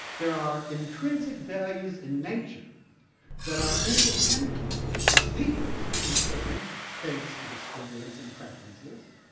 there are intrinsic values in nature that are independent of people's concerns, states of experience and preferences,